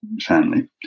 family